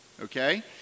okay